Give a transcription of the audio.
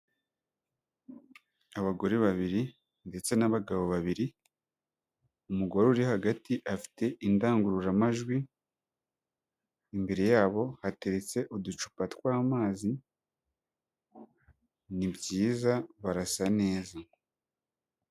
Abagore babiri ndetse n'abagabo babiri, umugore uri hagati afite indangururamajwi, imbere yabo hateretse uducupa tw'amazi, ni byiza barasa neza.